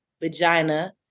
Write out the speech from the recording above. vagina